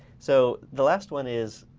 so the last one is,